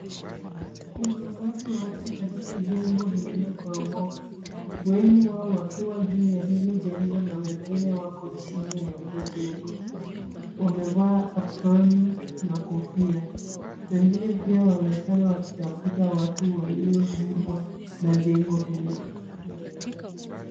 Kuna umati wa watu katika jengo lililoporomoka. Wengi wao wakiwa juu ya hilo jengo na wengine wako chini ya hilo jengo. Wamevaa aproni na kofia . Wengine pia wamekaa na wakitafuta watu waliozibwa na jengo hilo.